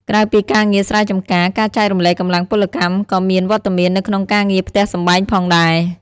ក្រៅពីការងារស្រែចម្ការ ការចែករំលែកកម្លាំងពលកម្មក៏មានវត្តមាននៅក្នុងការងារផ្ទះសម្បែងផងដែរ។